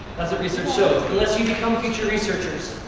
that's what research shows. unless you become future researchers.